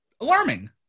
alarming